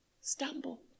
stumble